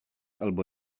albo